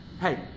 Hey